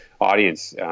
audience